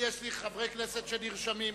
יש לי חברי כנסת שנרשמים,